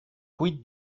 quid